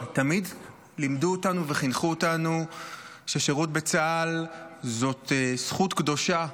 תמיד לימדו אותנו וחינכו אותנו ששירות בצה"ל זאת זכות קדושה,